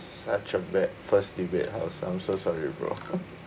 such a bad first debate house I'm so sorry bro